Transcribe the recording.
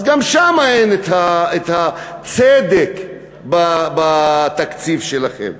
אז גם שם אין צדק בתקציב שלכם.